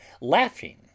laughing